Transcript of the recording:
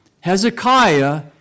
Hezekiah